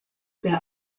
der